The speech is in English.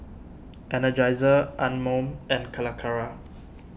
Energizer Anmum and Calacara